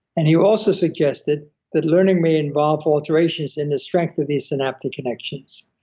and he also suggested that learning may involve alterations in the strength of the synaptic connections.